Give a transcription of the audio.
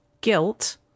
guilt